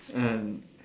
and